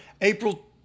April